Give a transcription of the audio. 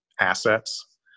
assets